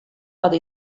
bat